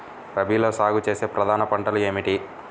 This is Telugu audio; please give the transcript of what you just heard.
రబీలో సాగు చేసే ప్రధాన పంటలు ఏమిటి?